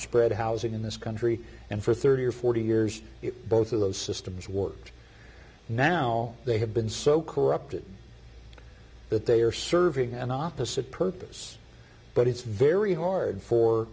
spread housing in this country and for thirty or forty years both of those systems worked and now they have been so corrupted that they are serving an opposite purpose but it's very hard for